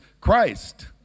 Christ